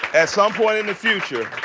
at some point in the future,